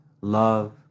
love